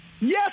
Yes